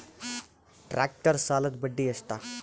Tractor ಸಾಲದ್ದ ಬಡ್ಡಿ ಎಷ್ಟ?